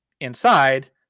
inside